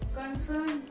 concern